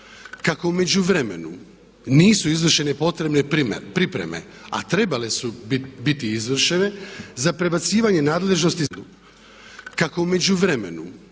Kako u međuvremenu nisu izvršene potrebne pripreme, a trebale su biti izvršene, za prebacivanje nadležnosti za